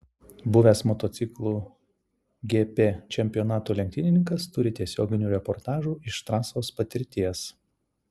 buvęs motociklų gp čempionatų lenktynininkas turi tiesioginių reportažų iš trasos patirties